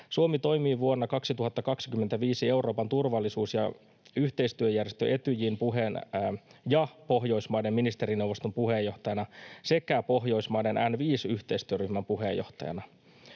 Suomi toimii vuonna 2025 Euroopan turvallisuus- ja yhteistyöjärjestö Etyjin ja Pohjoismaiden ministerineuvoston puheenjohtajana sekä Pohjoismaiden N5-yhteistyöryhmän puheenjohtajana.